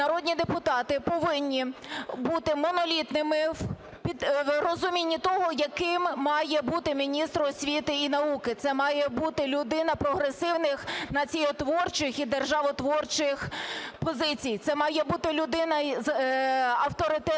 народні депутати, повинні бути монолітними в розумінні того, яким має бути міністр освіти і науки. Це має бути людина прогресивних, націотворчих і державотворчих позицій. Це має бути людина з авторитетом,